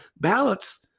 ballots